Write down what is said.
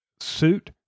suit